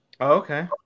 Okay